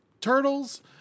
turtles